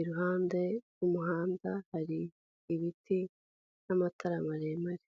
iruhande rw'umuhanda hari ibiti n'amatara maremare.